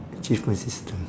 achievement system